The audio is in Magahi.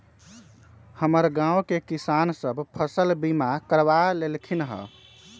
हमर गांव के किसान सभ फसल बीमा करबा लेलखिन्ह ह